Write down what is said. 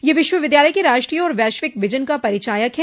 यह विश्वविद्यालय के राष्ट्रीय और वैश्विक विजन का परिचायक है